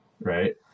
right